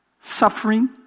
suffering